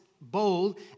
bold